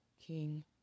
King